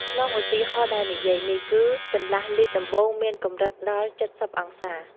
ក្នុងឧទាហរណ៍ដែលនិយាយនេះ គឺកន្លះលីត្រដំបូងមានកម្រិតដល់៧០អង្សា។